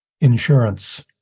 insurance